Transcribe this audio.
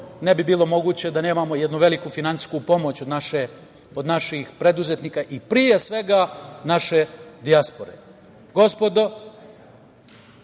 ne bi bilo moguće da nemamo jednu veliku finansijsku pomoć od naših preduzetnika i pre svega naše dijaspore. Gospodo,